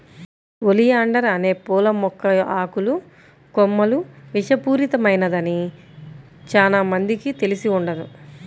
oleander అనే పూల మొక్క ఆకులు, కొమ్మలు విషపూరితమైనదని చానా మందికి తెలిసి ఉండదు